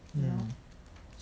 mm